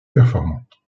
performante